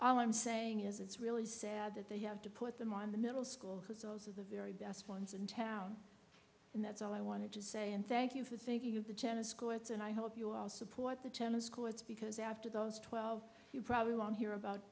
all i'm saying is it's really sad that they have to put them on the middle school because those are the very best ones in town and that's all i wanted to say and thank you for thinking of the tennis courts and i hope you all support the tennis courts because after those twelve you probably won't hear about